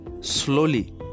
Slowly